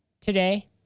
today